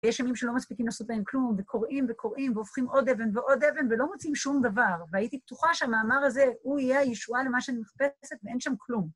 יש ימים שלא מספיקים לעשות בהם כלום, וקוראים וקוראים, והופכים עוד אבן ועוד אבן, ולא מוצאים שום דבר. והייתי בטוחה שהמאמר הזה, הוא יהיה ישועה למה שאני מחפשת, ואין שם כלום.